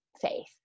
faith